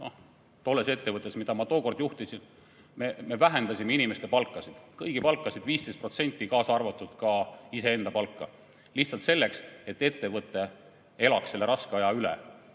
ka tolles ettevõttes, mida ma tookord juhtisin, me vähendasime inimeste palka, kõigi palka 15%, kaasa arvatud ka minu enda palka, lihtsalt selleks, et ettevõte elaks selle raske aja üle.